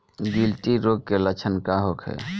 गिल्टी रोग के लक्षण का होखे?